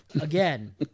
again